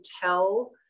tell